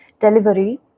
delivery